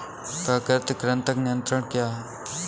प्राकृतिक कृंतक नियंत्रण क्या है?